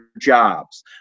jobs